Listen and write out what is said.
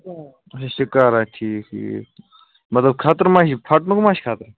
اَچھا شِکار ٹھیٖک ٹھیٖک مطلب خطرٕ ما چھُ فٹنُک ما چھُ خطرٕ